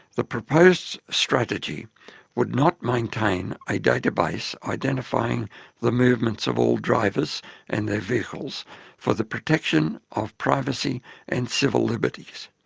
the proposed strategy would not maintain a database identifying the movements of all drivers and their vehicles for the protection of privacy and civil liberties,